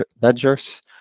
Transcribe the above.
ledgers